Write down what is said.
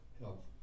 help